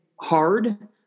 hard